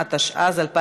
(הגנה על עובדים זרים), התשע"ז 2017,